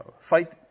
fight